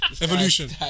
Evolution